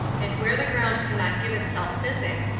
and where the ground cannot give itself physic,